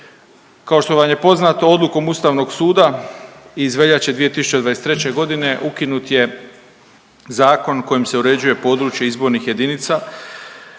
Kao što vam je poznato Odlukom Ustavnog suda iz veljače 2023.g. ukinut je zakonom kojim se uređuje područje izbornih jedinica za